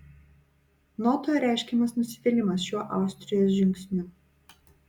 notoje reiškiamas nusivylimas šiuo austrijos žingsniu